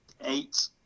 eight